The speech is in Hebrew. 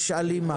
יש הלימה.